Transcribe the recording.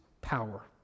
power